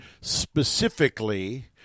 specifically